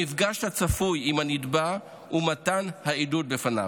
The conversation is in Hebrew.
המפגש הצפוי עם הנתבע ומתן העדות בפניו.